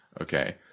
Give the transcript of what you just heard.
Okay